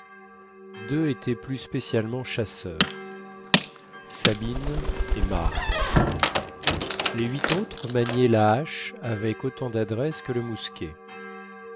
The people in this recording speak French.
deux étaient plus spécialement chasseurs sabine et marbre les huit autres maniaient la hache avec autant d'adresse que le mousquet